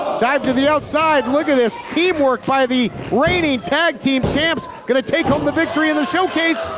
to the outside, look at this teamwork by the reigning tag team champs! gonna take home the victory in the showcase!